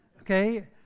okay